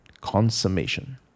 consummation